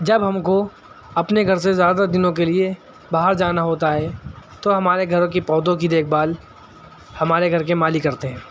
جب ہم کو اپنے گھر سے زیادہ دنوں کے لیے باہر جانا ہوتا ہے تو ہمارے گھروں کی پودھوں کی دیکھ بھال ہمارے گھر کے مالی کرتے ہیں